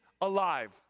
alive